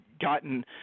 gotten